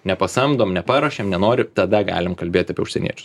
nepasamdom neparuošiam nenori tada galim kalbėti apie užsieniečius